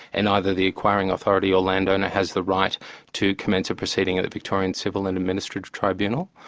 and either the acquiring authority or landowner has the right to commence a proceeding at at victorian civil and administrative tribunal,